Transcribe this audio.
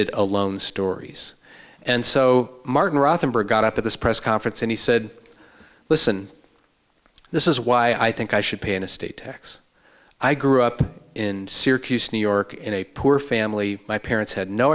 it alone stories and so martin rothenberg got up at this press conference and he said listen this is why i think i should pay an estate tax i grew up in syracuse new york in a poor family my parents had no